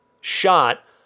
shot